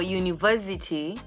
university